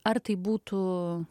ar tai būtų